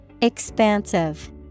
expansive